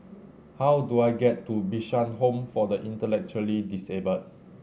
how do I get to Bishan Home for the Intellectually Disabled